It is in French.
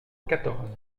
quatorze